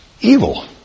evil